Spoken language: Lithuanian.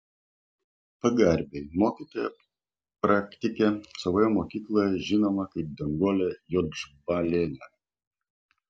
pagarbiai mokytoja praktikė savoje mokykloje žinoma kaip danguolė juodžbalienė